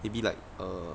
maybe like err